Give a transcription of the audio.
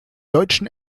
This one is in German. deutschen